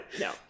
no